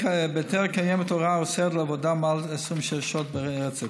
בהיתר קיימת הוראה האוסרת עבודה מעל 26 שעות ברצף.